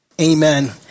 Amen